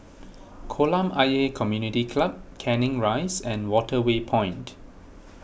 Kolam Ayer Community Club Canning Rise and Waterway Point